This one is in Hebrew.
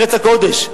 ארץ הקודש.